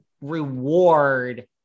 reward